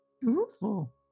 Beautiful